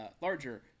larger